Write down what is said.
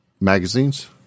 magazines